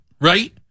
right